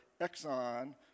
Exxon